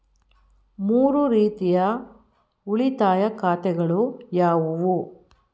ಮೂರು ರೀತಿಯ ಉಳಿತಾಯ ಖಾತೆಗಳು ಯಾವುವು?